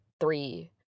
three